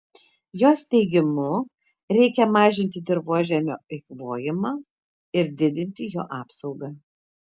jos teigimu reikia mažinti dirvožemio eikvojimą ir didinti jo apsaugą